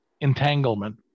entanglement